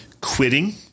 quitting